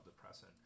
depressant